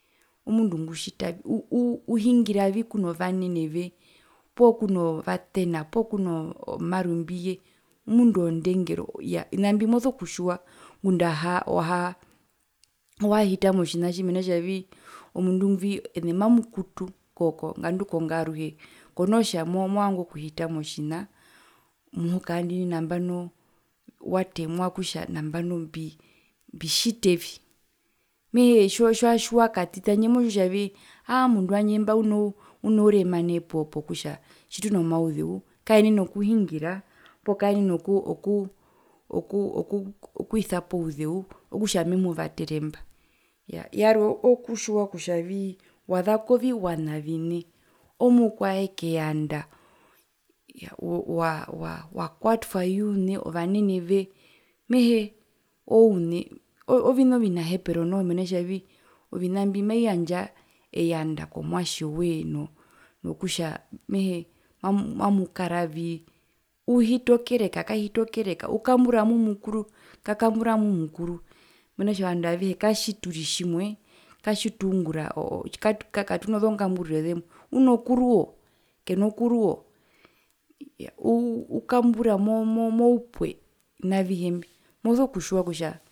Omundu ngutjitavi uu uhungiravi kuno vaneneve poo kuno vatena poo kno marumbiye omundu wondengero iyaa ovina mbi moso kutjiwa ngunda oha ohaa ohahita motjinatji mena kutjavii omundu ngwi ene mamukutu ko ko ngandu kongaruhe ko ko konotja movanga okuhita motjina muhukaa ndini nambano watemwa kutja nambano mbi mbitjitevi mehee tjiwa tjiwa tjiwa katiti handje motjiwa kutjavii aahaa omundu wandje mba unou unouremane pokutja tjitunomauzeu kaenen e okuhingira poo oku oku okuu oku okwisapo ouzeu okutja memuvatere mba, yaa yarwe okutjiwa kutjavii waza koviwana vine omukwae keyandja iya wa wa wakwatwa iune ovaneneve mehee ooune o ovina ovinahepero noho rokutjavii ovina mbi maviyandja eyanda komwatje woye no no nokutja mamu mamukaravi uhita okereka kahiti okereka ukambura mu mukuru kakambura mu mukuru mena kutja ovandu avehe katjituri tjimwe katjitungura oo oo katuna zongamburiro zemwe uno kuruuo kena kuruuo ukambura moupuee ovina avihe mbi iyaa moso kutjiwa kutja